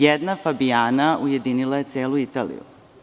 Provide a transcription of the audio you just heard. Jedna Fabijana ujedinila je celu Italiju.